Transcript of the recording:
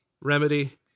remedy